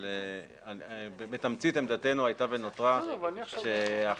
אבל בתמצית עמדתנו הייתה ונותרה שההחלטה